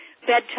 bedtime